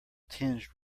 tinged